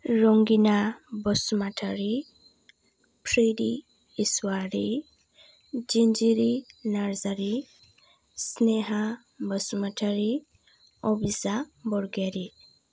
Rangina Basumatary Pridi Iswary Jinjiri Narzary Sneha Basumatary Abija Bargayary